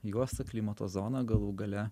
juosta klimato zona galų gale